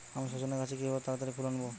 আমি সজনে গাছে কিভাবে তাড়াতাড়ি ফুল আনব?